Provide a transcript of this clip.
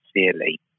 sincerely